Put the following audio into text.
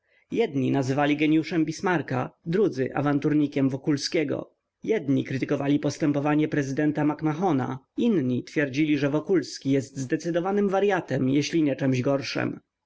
jedni nazywali geniuszem bismarka drudzy awanturnikiem wokulskiego jedni krytykowali postępowanie prezydenta mac-mahona inni twierdzili że wokulski jest zdecydowanym waryatem jeżeli nie czemś gorszem